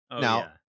Now